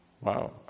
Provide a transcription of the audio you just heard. wow